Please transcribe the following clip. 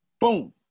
Boom